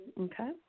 okay